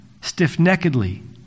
stiff-neckedly